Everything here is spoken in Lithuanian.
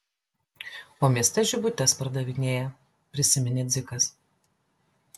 o mieste žibutes pardavinėja prisiminė dzikas